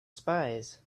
spies